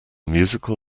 musical